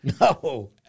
No